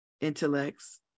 intellects